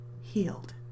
healed